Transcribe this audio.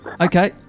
Okay